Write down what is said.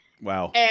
Wow